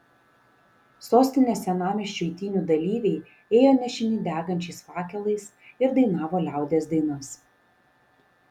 sostinės senamiesčiu eitynių dalyviai ėjo nešini degančiais fakelais ir dainavo liaudies dainas